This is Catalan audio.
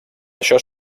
això